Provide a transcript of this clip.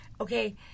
okay